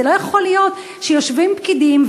זה לא יכול להיות שיושבים פקידים,